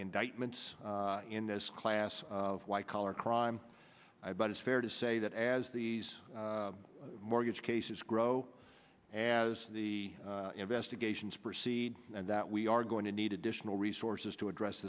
indictments in this class of white collar crime but it's fair to say that as these mortgage cases grow as the investigations proceed and that we are going to need additional resources to address